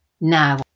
Now